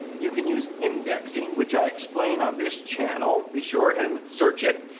you can use indexing which i explain on this channel. be sure and search it.